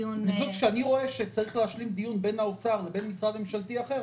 כשאני רואה שצריך להשלים דיון בין האוצר לבין משרד ממשלתי אחר,